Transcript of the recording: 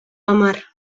hamar